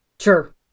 Sure